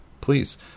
please